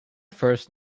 first